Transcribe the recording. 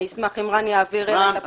אני אשמח אם רן יעביר אליי --- רן,